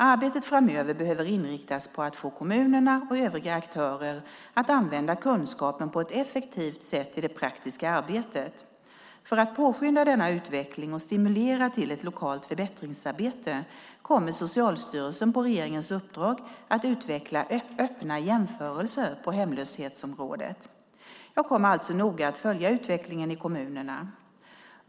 Arbetet framöver behöver inriktas på att få kommunerna och övriga aktörer att använda kunskapen på ett effektivt sätt i det praktiska arbetet. För att påskynda denna utveckling och stimulera till ett lokalt förbättringsarbete kommer Socialstyrelsen på regeringens uppdrag att utveckla öppna jämförelser på hemlöshetsområdet. Jag kommer alltså att noga följa utvecklingen i kommunerna.